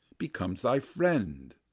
becomes thy friend,